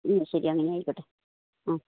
മ്മ് ശരി അങ്ങനെ ആയിക്കോട്ടെ മ്മ്